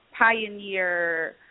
pioneer